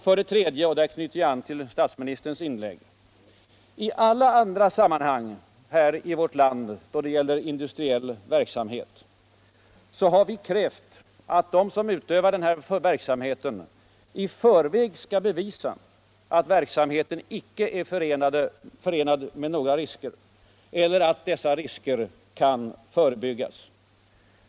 För det tredje - och här knyter jag an till statsministerns inlägg — har vi i alla andra sammanhang här i vårt land då det giällt industrieil verksamhet krävt att de som utövar sådan verksamhet i förviäg skall bevisa utt verksaumheten inte är förenad med några risker eller att dessa risker kan förebyggas.